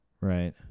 Right